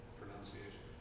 pronunciation